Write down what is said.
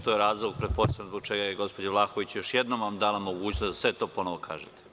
To je razlog, pretpostavljam, zbog čega vam je gospođa Vlahović još jednom dala mogućnost da sve to ponovo kažete.